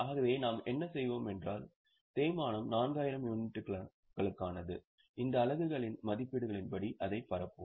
ஆகவே நாம் என்ன செய்வோம் என்றால் தேய்மானம் 4000 யூனிட்டுகளுக்கானது இந்த அலகுகளின் மதிப்பீடுகளின்படி அதைப் பரப்புவோம்